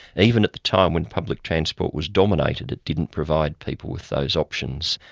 even at the time when public transport was dominant, it it didn't provide people with those options.